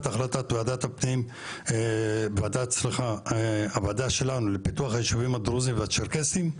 את החלטת הוועדה שלנו לפיתוח היישובים הדרוזים והצ'רקסים.